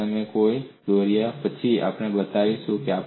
તે પણ તમે દોર્યા પછી આપણે બતાવીશું